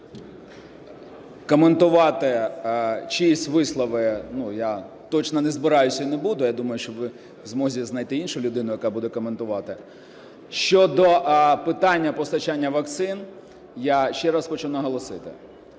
коментувати чиїсь вислови я точно не збираюсь і не буду. Я думаю, що ви в змозі знайти іншу людину, яка буде коментувати. Щодо питання постачання вакцин, я ще раз хочу наголосити,